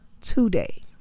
today